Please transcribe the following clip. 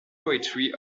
poetry